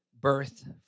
birth